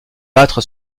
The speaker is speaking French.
battre